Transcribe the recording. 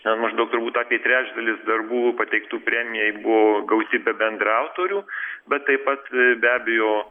ten maždaug turbūt apie trečdalis darbų pateiktų premijai buvo gauti be bendraautorių bet taip pat be abejo